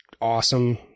awesome